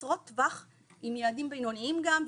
קצרות טווח עם יעדים בינוניים גם,